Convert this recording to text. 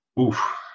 Oof